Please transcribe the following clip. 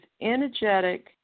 energetic